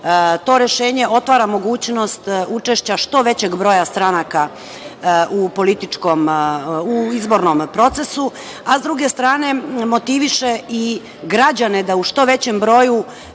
to rešenje otvara mogućnost učešća što većeg broja stranaka u izbornom procesu, a s druge strane motiviše i građane da u što većem broju